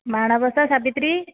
Manabasa Savitri